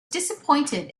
disappointed